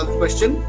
question